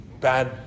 bad